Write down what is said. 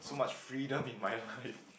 so much freedom in my life